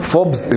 Forbes